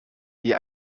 die